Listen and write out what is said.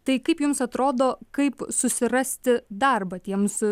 tai kaip jums atrodo kaip susirasti darbą tiems